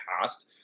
past